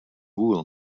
wool